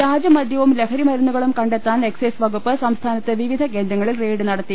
വ്യാജമദ്യവും ലഹരിമരുന്നുകളും കണ്ടെത്താൻ എക്സൈസ് വകുപ്പ് സംസ്ഥാനത്ത് വിവിധ കേന്ദ്രങ്ങളിൽ റെയ്ഡ് നടത്തി